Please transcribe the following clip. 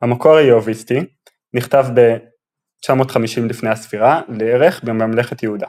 המקור היהוויסטי נכתב ב-950 לפנה"ס לערך בממלכת יהודה.